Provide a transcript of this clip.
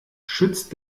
schützt